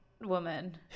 woman